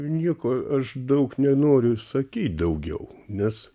nieko aš daug nenoriu sakyt daugiau nes